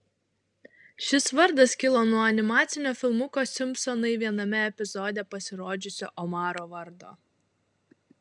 šis vardas kilo nuo animacinio filmuko simpsonai viename epizode pasirodžiusio omaro vardo